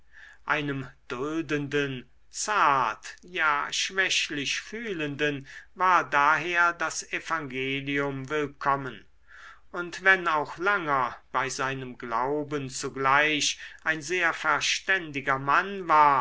einem duldenden zart ja schwächlich fühlenden war daher das evangelium willkommen und wenn auch langer bei seinem glauben zugleich ein sehr verständiger mann war